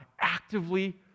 actively